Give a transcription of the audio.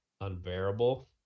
unbearable